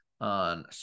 on